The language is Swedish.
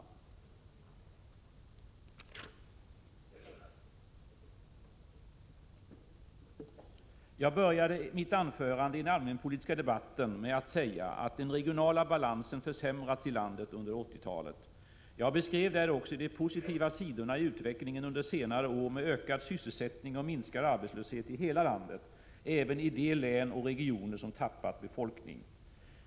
Jag började mitt anförande i den allmänpolitiska debatten med att säga att den regionala balansen försämrats i landet under 1980-talet. Jag beskrev där också de positiva sidorna i utvecklingen under senare år med ökad sysselsättning och minskad arbetslöshet i hela landet, även i de län och regioner som tappat befolkning.